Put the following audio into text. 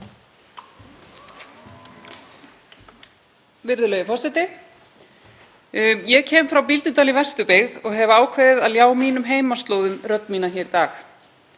Virðulegi forseti. Ég kem frá Bíldudal í Vesturbyggð og hef ákveðið að ljá mínum heimaslóðum rödd mína hér í dag.